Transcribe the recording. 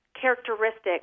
characteristics